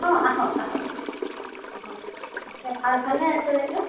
অ আহক আহক আহক আছে ভাল ভালে আছে বাইদেউ